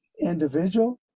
individual